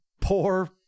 poor